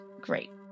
great